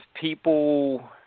people